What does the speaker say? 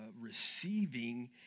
receiving